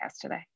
today